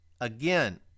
Again